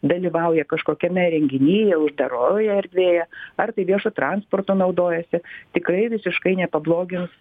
dalyvauja kažkokiame renginyje uždaroje erdvėje ar tai viešu transportu naudojasi tikai visiškai nepablogins